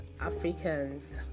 Africans